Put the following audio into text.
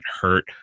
hurt